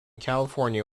california